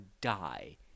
die